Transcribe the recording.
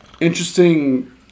interesting